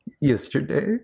Yesterday